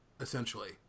essentially